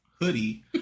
hoodie